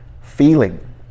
Feeling